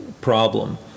problem